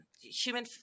human